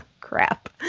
crap